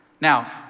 Now